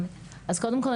אז קודם כל,